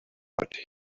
but